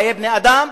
חיי בני-אדם,